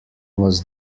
was